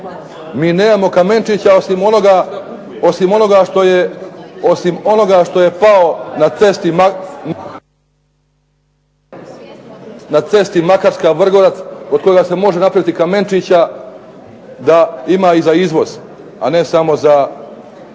mi nemamo kamenčića osim onoga što je pao na cesti Makarska-Vrgorac od kojega se može napraviti kamenčića da ih ima za izvoz a ne samo za uvoz,